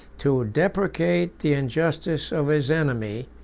to deprecate the injustice of his enemy,